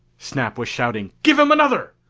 snap was shouting, give him another!